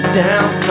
down